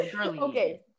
okay